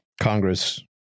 Congress